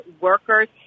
workers